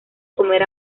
comer